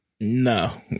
No